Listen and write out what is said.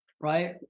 right